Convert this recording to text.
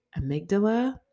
amygdala